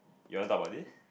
you want talk about this